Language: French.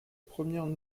première